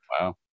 Wow